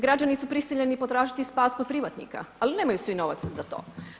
Građani su prisiljeni potražiti spas kod privatnika, ali nemaju svi novaca za to.